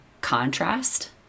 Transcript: contrast